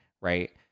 right